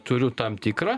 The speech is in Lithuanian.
turiu tam tikrą